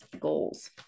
goals